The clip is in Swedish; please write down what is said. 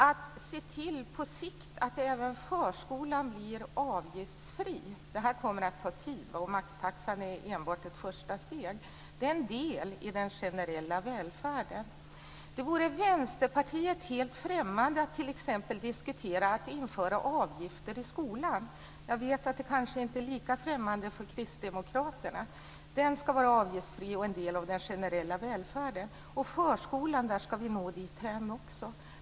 Att se till att även förskolan på sikt blir avgiftsfri - det här kommer att ta tid, och maxtaxan är enbart ett första steg - är en del i den generella välfärden. Det vore helt främmande för Vänsterpartiet att t.ex. diskutera att införa avgifter i skolan; jag vet att det kanske inte är lika främmande för Kristdemokraterna. Skolan ska vara avgiftsfri och en del av den generella välfärden. Och vi ska nå dithän också när det gäller förskolan.